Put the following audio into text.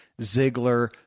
Ziggler